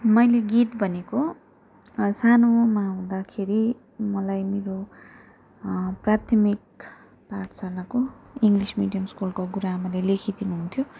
मैले गीत भनेको सानोमा हुँदाखेरि मलाई मेरो प्राथमिक पाठशालाको इङ्गलिस मिडियम स्कुलको गुरुआमाले लेखिदिनु हुन्थ्यो